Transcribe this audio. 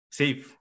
safe